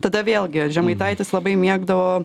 tada vėlgi žemaitaitis labai mėgdavo